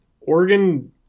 oregon